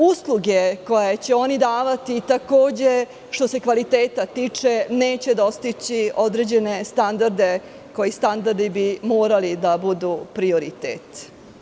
Usluge koje će oni davati takođe, što se kvaliteta tiče, neće dostići određene standarde koji bi morali da budu prioritet.